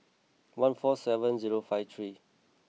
one four seven zero five three